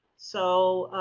so,